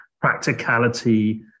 practicality